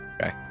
Okay